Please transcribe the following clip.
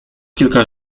kilka